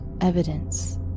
evidence